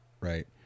Right